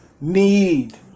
Need